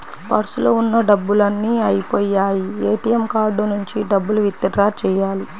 పర్సులో ఉన్న డబ్బులన్నీ అయ్యిపొయ్యాయి, ఏటీఎం కార్డు నుంచి డబ్బులు విత్ డ్రా చెయ్యాలి